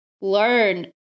learn